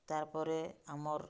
ତାର୍ପରେ ଆମର୍